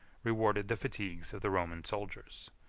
rewarded the fatigues of the roman soldiers.